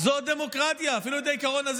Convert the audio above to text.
שכנוע והסכמה של רוב ומיעוט.